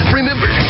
Remember